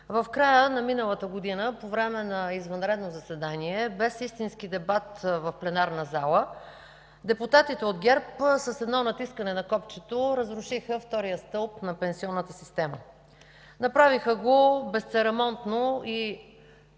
В края на миналата година по време на извънредно заседание, без истински дебат в пленарната зала, депутатите от ГЕРБ с едно натискане на копчето разрушиха втория стълб на пенсионната система. Направиха го безцеремонно и